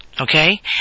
Okay